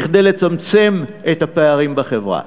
כדי לצמצם את הפערים בחברה.